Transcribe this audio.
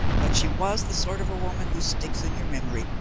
but she was the sort of woman who sticks in your memory,